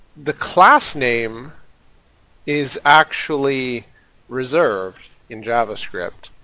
the class name is actually reserved in javascript